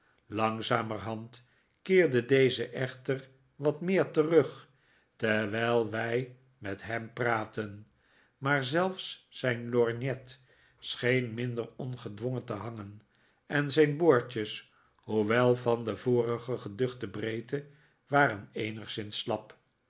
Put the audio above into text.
langzamerhand keerde deze echter wat meer terug terwijl wij met hem praatten maar zelfs zijn lorgnet scheen minder ongedwongen te hangen en zijn boordjes hoewel van de vorige geduchte breedte waren eenigszins slap